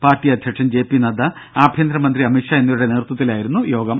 party അധ്യക്ഷൻ J P Nadda ആഭ്യന്തരമന്ത്രി അമിത്ഷാ എന്നിവരുടെ നേതൃത്വത്തിലായിരുന്നു യോഗം